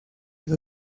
with